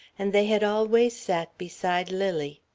and they had always sat beside lily.